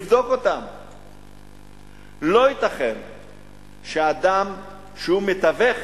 לא ייתכן שאדם שמתווך